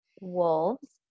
wolves